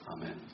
Amen